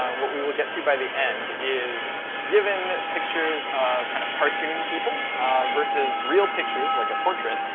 what we will get to by the end, is given pictures of kind of cartoon people versus real pictures, like a portrait,